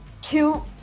two